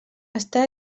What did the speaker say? està